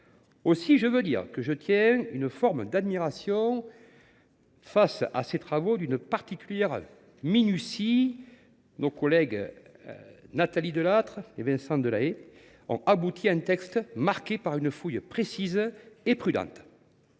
de l’abrogation. Je ressens une forme d’admiration face à ces travaux d’une particulière minutie. Nos collègues Nathalie Delattre et Vincent Delahaye sont parvenus à élaborer un texte marqué par une fouille précise et prudente.